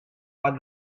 bat